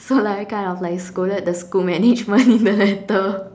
so like I kind of like scolded the school management in the letter